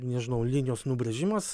nežinau linijos nubrėžimas